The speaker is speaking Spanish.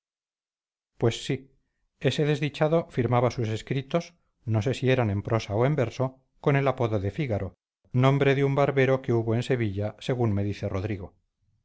pues sí ese desdichado firmaba sus escritos que no sé si eran en prosa o en verso con el apodo de fígaro nombre de un barbero que hubo en sevilla según me dice rodrigo